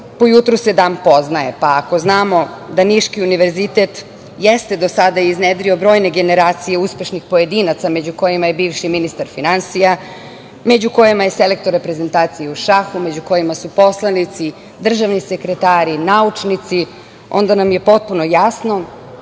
po jutru se dan poznaje. Ako znamo da niški univerzitet jeste do sada iznedrio brojne generacije uspešnih pojedinaca, među kojima je i bivši ministar finansija, među kojima je selektor reprezentacije u šahu, među kojima su poslanici, državni sekretari, naučnici, onda nam je potpuno jasno,